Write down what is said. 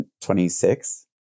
26